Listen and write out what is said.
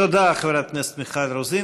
תודה, חברת הכנסת מיכל רוזין.